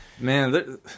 Man